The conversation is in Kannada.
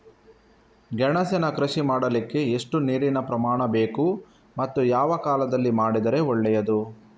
ಗೆಣಸಿನ ಕೃಷಿ ಮಾಡಲಿಕ್ಕೆ ಎಷ್ಟು ನೀರಿನ ಪ್ರಮಾಣ ಬೇಕು ಮತ್ತು ಯಾವ ಕಾಲದಲ್ಲಿ ಮಾಡಿದರೆ ಒಳ್ಳೆಯದು?